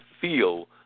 feel